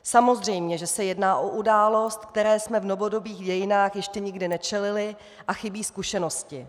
Samozřejmě že se jedná o událost, které jsme v novodobých dějinách ještě nikdy nečelili, a chybí zkušenosti.